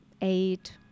eight